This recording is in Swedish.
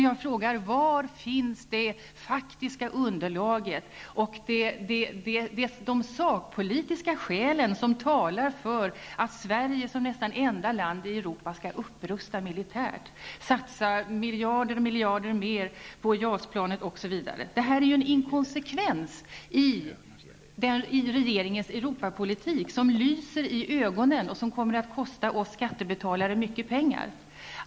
Jag frågar: Var finns det faktiska underlaget och de sakpolitiska skäl som talar för att Sverige som nästan enda land i Europa skall upprusta militärt, satsa miljard efter miljard mer på JAS-planet osv.? Det här är ju en inkonsekvens i regeringens Europapolitik som lyser i ögonen och som kommer att kosta oss skattebetalare mycket pengar.